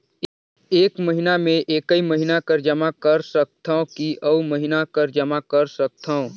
एक महीना मे एकई महीना कर जमा कर सकथव कि अउ महीना कर जमा कर सकथव?